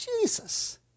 Jesus